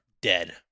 dead